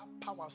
power